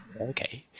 Okay